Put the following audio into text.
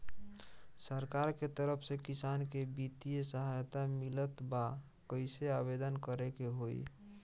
सरकार के तरफ से किसान के बितिय सहायता मिलत बा कइसे आवेदन करे के होई?